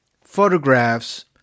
photographs